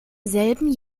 selben